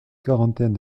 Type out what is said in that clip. quarantaine